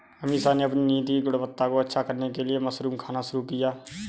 अमीषा ने अपनी नींद की गुणवत्ता को अच्छा करने के लिए मशरूम खाना शुरू किया